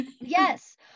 Yes